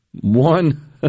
One